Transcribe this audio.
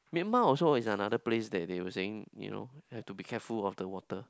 Myanmar also is another place that they were saying you know have to be careful of the water